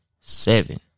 seven